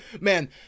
man